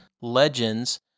legends